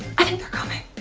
i think they're coming.